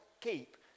keep